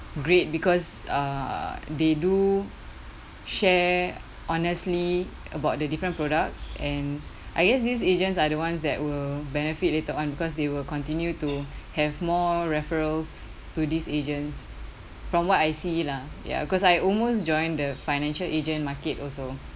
great because uh they do share honestly about the different products and I guess these agents are the ones that will benefit later on because they will continue to have more referrals to these agents from what I see lah ya cause I almost joined the financial agent market also